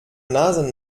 nase